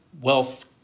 wealth